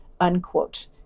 unquote